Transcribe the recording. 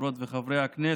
חברות וחברי הכנסת,